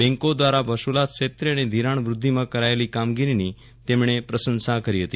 બેન્કો દ્વારા વસુલાત ક્ષેત્રે અને ધિરાણ વ્રદ્ધિમાં કરાયેલી કામગીરીની તેમણે પ્રશંસા કરી હતી